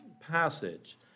passage